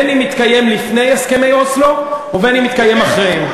אם התקיים לפני הסכמי אוסלו ואם התקיים אחריהם.